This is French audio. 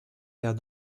vers